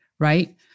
right